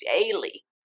daily